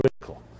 critical